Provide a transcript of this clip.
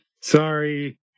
Sorry